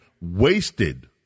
wasted